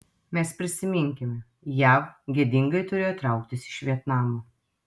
mes prisiminkime jav gėdingai turėjo trauktis iš vietnamo